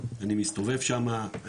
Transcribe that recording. אני מסתובב שם,